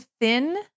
thin